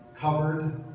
covered